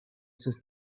sus